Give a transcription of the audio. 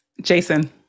Jason